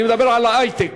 אני מדבר על היי-טק.